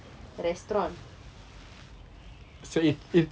restaurant